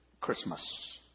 Christmas